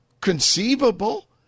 conceivable